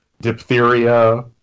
diphtheria